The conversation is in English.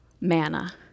manna